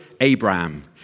Abraham